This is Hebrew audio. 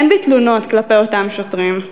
אין בי תלונות כלפי אותם שוטרים,